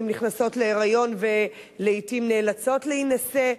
נכנסות להיריון ולעתים נאלצות להינשא,